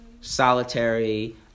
Solitary